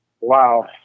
Wow